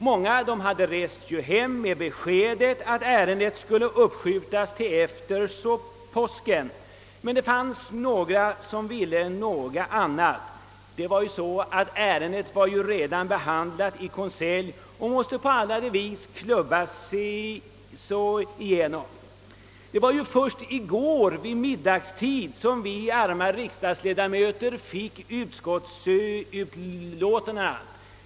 Många av kammarens ledamöter hade rest hem med beskedet att ärendet skulle uppskjutas till efter påsken. Men det fanns några som ville något annat. Ärendet var ju redan behandlat i konselj och måste därför till allt pris klubbas igenom. Först i går vid middagstiden fick vi arma riksdagsledamöter utskottsutlåtandena i föreliggande ärende.